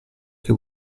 che